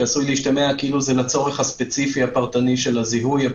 שעלול להשתמע שזה לצורך הספציפי הפרטני של הזיהוי.